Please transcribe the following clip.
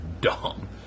dumb